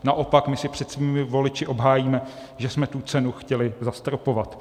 Naopak my si před svými voliči obhájíme, že jsme tu cenu chtěli zastropovat.